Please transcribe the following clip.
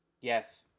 Yes